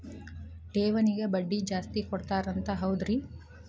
ಠೇವಣಿಗ ಬಡ್ಡಿ ಜಾಸ್ತಿ ಕೊಡ್ತಾರಂತ ಹೌದ್ರಿ?